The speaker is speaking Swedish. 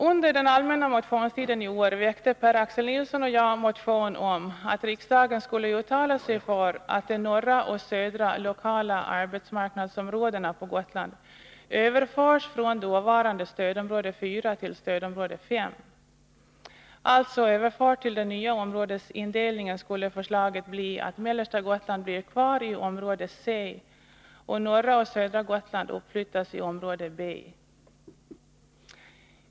Under den allmänna motionstiden i år väckte Per-Axel Nilsson och jag en motion om att riksdagen skulle uttala sig för att de norra och södra lokala arbetsmarknadsområdena på Gotland överförs från dåvarande stödområde 4 till stödområde 5. Överfört till den nya områdesindelningen skulle förslaget innebära att mellersta Gotland blir kvar i område C och norra och södra Gotland uppflyttas till område B.